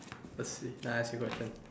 let's see then I ask you question